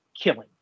killing